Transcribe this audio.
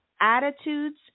attitudes